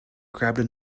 grabbed